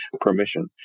permission